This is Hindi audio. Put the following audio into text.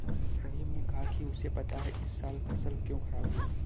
रहीम ने कहा कि उसे पता है इस साल फसल क्यों खराब हुई